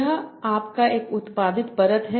यह आपका एक उत्पादित परत है